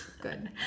Good